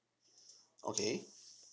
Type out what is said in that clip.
okay